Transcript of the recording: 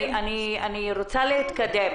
אני רוצה להתקדם